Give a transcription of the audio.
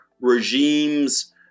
regimes